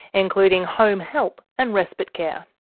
including home help and respite care.